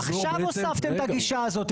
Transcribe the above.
עכשיו הוספתם את הגישה הזאת.